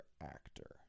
actor